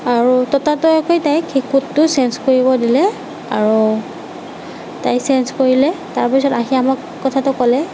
আৰু ততাতৈয়াকৈ তাইক সেই কোডটো চেঞ্জ কৰিব দিলে আৰু তাই চেঞ্জ কৰিলে তাৰপিছত আহি আমাক কথাটো ক'লে